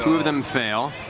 of them fail.